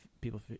people